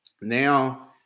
Now